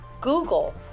Google